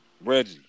Reggie